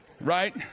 Right